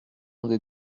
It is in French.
des